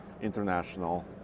International